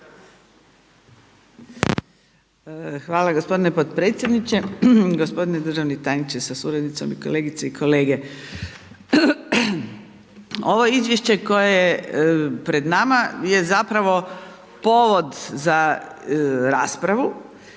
Hvala g. potpredsjedniče, g. državni tajniče sa suradnicima, kolegice i kolege. Ovo izvješće koje je pred nama je zapravo povod za raspravu